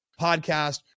podcast